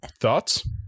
Thoughts